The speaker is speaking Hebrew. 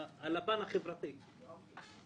מעורכי דין וגם ממומחה